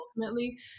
ultimately